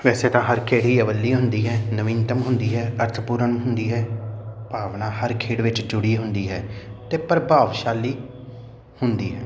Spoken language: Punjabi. ਵੈਸੇ ਤਾਂ ਹਰ ਖੇਡ ਹੀ ਅਵੱਲੀ ਹੁੰਦੀ ਹੈ ਨਵੀਨਤਮ ਹੁੰਦੀ ਹੈ ਅਰਥ ਪੂਰਨ ਹੁੰਦੀ ਹੈ ਭਾਵਨਾ ਹਰ ਖੇਡ ਵਿੱਚ ਜੁੜੀ ਹੁੰਦੀ ਹੈ ਅਤੇ ਪ੍ਰਭਾਵਸ਼ਾਲੀ ਹੁੰਦੀ ਹੈ